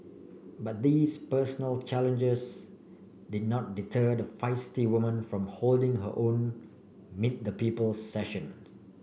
but these personal challenges did not deter the feisty woman from holding her own meet the people sessions